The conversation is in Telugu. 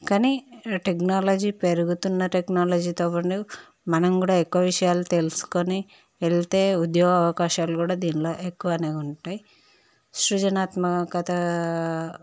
కానీ టెక్నాలజీ పెరుగుతున్న టెక్నాలజీతో మనం మనం కూడా ఎక్కువ విషయాలు తెలుసుకొని వెళ్తే ఉద్యోగ అవకాశలు కూడా దీంట్లో ఎక్కువ ఉంటాయి సృజనాత్మకత